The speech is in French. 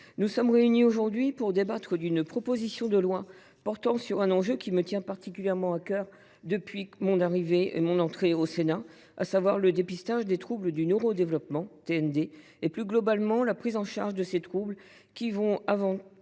nous sommes réunis aujourd’hui pour débattre d’une proposition de loi portant sur un enjeu qui me tient particulièrement à cœur depuis mon élection au Sénat : le dépistage des troubles du neurodéveloppement et, plus globalement, la prise en charge de ces troubles, qui sont avant